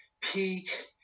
Pete –